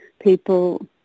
people